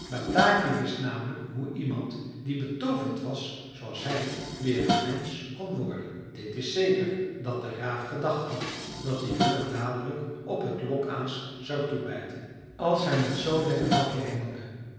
bataki wist namelijk hoe iemand die betooverd was zooals hij weer een mensch kon worden dit is zeker dat de raaf gedacht had dat de jongen dadelijk op het lokaas zou toebijten als hij met z'n lekker hapje hengelde